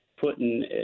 putting